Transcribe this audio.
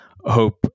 hope